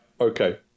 okay